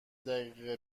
دقیقه